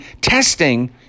testing